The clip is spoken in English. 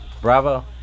Bravo